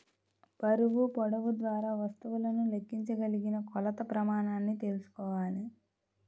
బరువు, పొడవు ద్వారా వస్తువులను లెక్కించగలిగిన కొలత ప్రమాణాన్ని తెల్సుకోవాలి